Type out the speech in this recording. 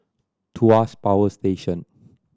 Tuas Power Station